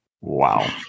Wow